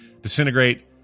Disintegrate